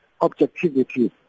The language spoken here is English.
objectivity